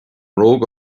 mbróga